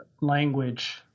language